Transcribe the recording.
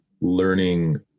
learning